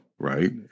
Right